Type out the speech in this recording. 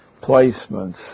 placements